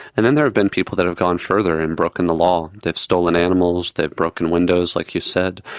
and then there have been people that have gone further and broken the law. they've stolen animals, they've broken windows, like you said,